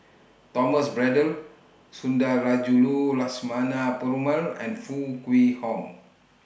Thomas Braddell Sundarajulu Lakshmana Perumal and Foo Kwee Horng